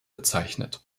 bezeichnet